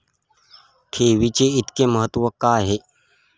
ठेवीचे इतके महत्व का आहे?